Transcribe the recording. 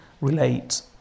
relate